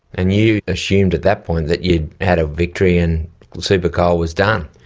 and you assumed at that point that you'd had a victory and supercoal was done.